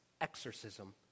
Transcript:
exorcism